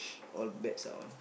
all beds are on